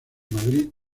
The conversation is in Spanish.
madrid